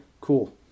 Cool